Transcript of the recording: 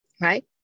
right